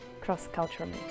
cross-culturally